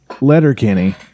Letterkenny